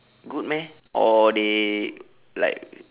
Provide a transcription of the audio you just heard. good meh or they like